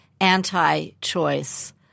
anti-choice